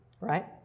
Right